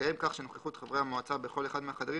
תתקיים כך שנוכחות חברי המועצה בכל אחד מהחדרים